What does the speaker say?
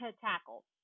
tackle